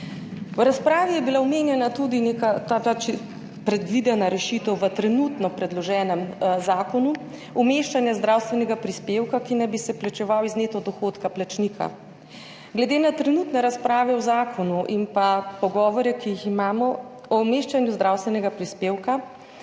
V razpravi je bila omenjena tudi predvidena rešitev v trenutno predloženem zakonu, umeščanje zdravstvenega prispevka, ki naj bi se plačeval iz neto dohodka plačnika. Glede na trenutne razprave o zakonu in pogovore, ki jih imamo o umeščanju zdravstvenega prispevka,